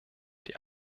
die